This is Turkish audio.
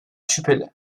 şüpheli